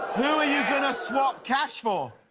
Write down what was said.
who are you going to swap cash for?